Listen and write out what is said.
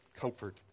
comfort